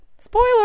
spoiler